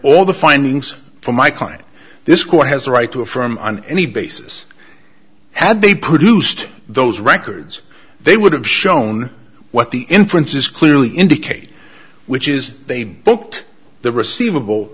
all the findings from my client this court has a right to affirm on any basis had they produced those records they would have shown what the inference is clearly indicate which is they booked the receivable